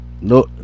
no